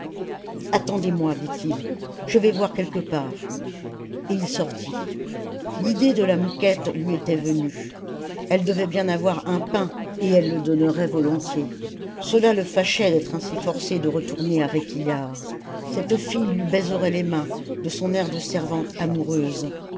attendez-moi dit-il je vais voir quelque part et il sortit l'idée de la mouquette lui était venue elle devait bien avoir un pain et elle le donnerait volontiers cela le fâchait d'être ainsi forcé de retourner à réquillart cette fille lui baiserait les mains de son air de servante amoureuse